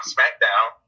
SmackDown